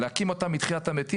כדי להקים אותם לתחיית המתים,